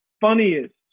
funniest